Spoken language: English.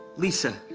lisa,